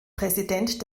präsident